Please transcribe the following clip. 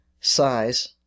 Size